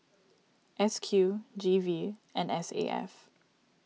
S Q G V and S A F